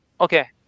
okay